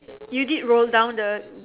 you did roll down the